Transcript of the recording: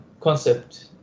concept